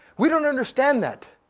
we don't understand that.